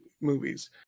movies